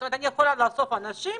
כלומר, אני יכולה לאסוף עשרה אנשים